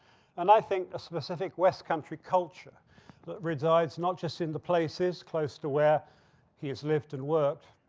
and i think a specific west country culture that resides not just in the places close to where he has lived and worked,